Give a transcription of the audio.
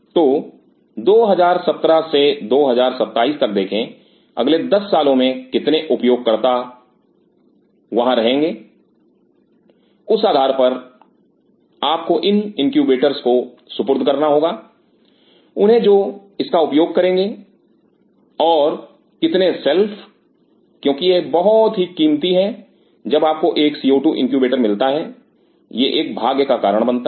तो 2017 से 2027 तक देखें अगले 10 सालों में कितने उपयोग करता हूं वहां रहेंगे उस आधार पर आपको इन इनक्यूबेटर्स को सुपुर्द करना होगा उन्हें जो इसका उपयोग करेंगे और कितने सेल्फ क्योंकि यह बहुत ही कीमती हैं Refer Time 1812 जब आपको एक CO2 इनक्यूबेटर मिलता है यह एक भाग्य का कारण बनता है